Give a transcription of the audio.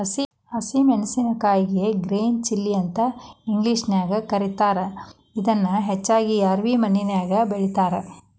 ಹಸಿ ಮೆನ್ಸಸಿನಕಾಯಿಗೆ green chilli ಅಂತ ಇಂಗ್ಲೇಷನ್ಯಾಗ ಕರೇತಾರ, ಇದನ್ನ ಹೆಚ್ಚಾಗಿ ರ್ಯಾವಿ ಮಣ್ಣಿನ್ಯಾಗ ಬೆಳೇತಾರ